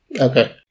Okay